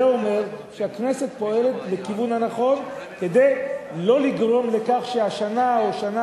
זה אומר שהכנסת פועלת בכיוון הנכון כדי שלא לגרום לכך שהשנה או בשנה